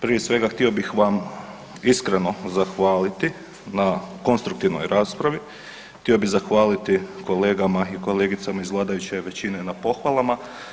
Prije svega htio bih vam iskreno zahvaliti na konstruktivnoj raspravi, htio bi zahvaliti kolegama i kolegicama iz vladajuće većine na pohvalama.